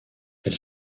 elle